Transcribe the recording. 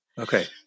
Okay